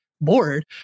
bored